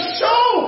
show